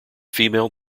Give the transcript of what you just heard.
female